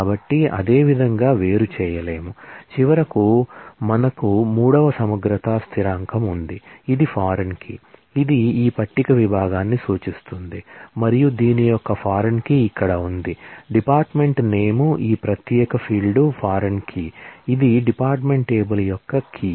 కాబట్టి అదేవిధంగా వేరు చేయలేము చివరకు మనకు మూడవ సమగ్రత స్థిరాంకం ఉంది ఇది ఫారిన్ కీ ఇది ఈ పట్టిక విభాగాన్ని సూచిస్తుంది మరియు దీని యొక్క ఫారిన్ కీ ఇక్కడ ఉంది డిపార్ట్మెంట్ నేమ్ ఈ ప్రత్యేక ఫీల్డ్ ఫారిన్ కీ ఇది డిపార్ట్మెంట్ టేబుల్ యొక్క కీ